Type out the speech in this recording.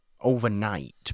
overnight